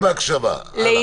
תהיה בהקשבה, אנא.